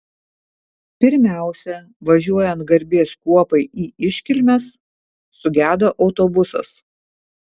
pirmiausia važiuojant garbės kuopai į iškilmes sugedo autobusas